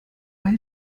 weil